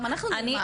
גם אנחנו נלמד.